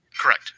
Correct